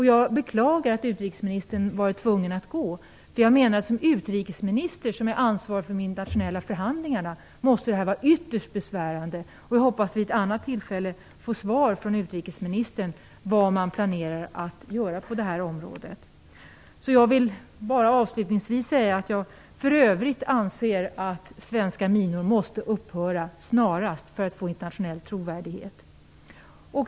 Jag beklagar att utrikesministern var tvungen att lämna kammaren, för jag menar att för en utrikesminister med ansvar för de internationella förhandlingarna måste detta vara ytterst besvärande. Jag hoppas att vid ett annat tillfälle få svar från utrikesministern på vad man planerar att göra på det här området. För övrigt anser jag att verksamheten med svenska minor måste upphöra snarast för att vi skall få internationell trovärdighet.